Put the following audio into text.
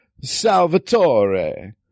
Salvatore